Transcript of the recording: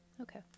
Okay